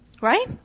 Right